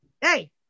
Hey